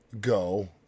go